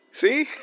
See